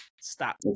stop